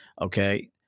Okay